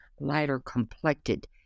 lighter-complected